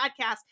podcast